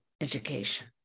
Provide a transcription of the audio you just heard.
education